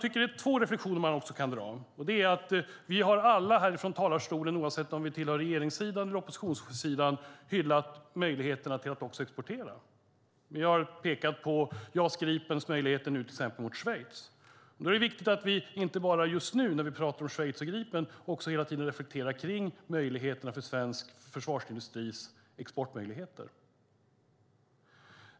Det finns två reflexioner man kan göra. Vi har alla här ifrån talarstolen, oavsett om vi tillhör regeringssidan eller oppositionen, hyllat möjligheterna att exportera. Vi har till exempel pekat på JAS Gripens möjligheter i Schweiz. Det är viktigt att vi också hela tiden reflekterar kring svensk försvarsindustris exportmöjligheter.